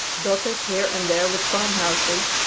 dotted here and there with farmhouses,